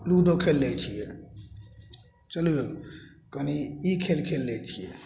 ludo खेल लै छिए चलू यौ कनि ई खेल खेल लै छिए